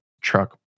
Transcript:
truck